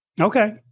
Okay